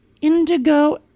Indigo